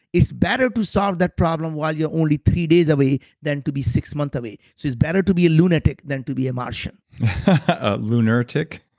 it's better to solve that problem while you're only three days away, than to be six months away. so it's better to be a lunartic than to be a martian ah lunartic,